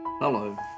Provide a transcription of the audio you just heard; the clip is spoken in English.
Hello